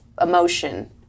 emotion